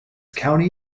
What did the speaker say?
county